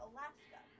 Alaska